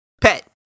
Pet